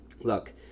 Look